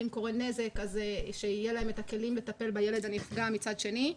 ואם קורה נזק שיהיה להם את הכלים לטפל בילד הנפגע מצד שני.